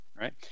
right